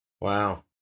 Wow